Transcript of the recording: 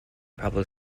public